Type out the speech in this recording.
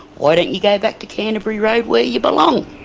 why don't you go back to canterbury road where you belong?